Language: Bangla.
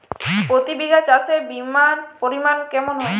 প্রতি বিঘা চাষে বিমার পরিমান কেমন হয়?